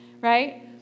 right